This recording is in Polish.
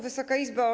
Wysoka Izbo!